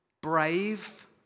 brave